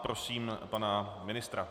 Prosím pana ministra.